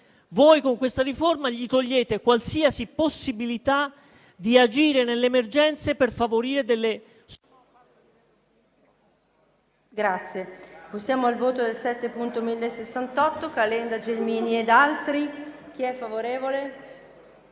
Voi, con questa riforma, gli togliete qualsiasi possibilità di agire nelle emergenze per favorire delle... *(Il